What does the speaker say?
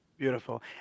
Beautiful